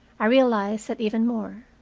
i realized that even more.